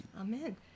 Amen